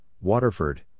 Waterford